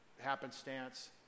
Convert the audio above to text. happenstance